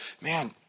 man